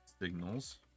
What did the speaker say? signals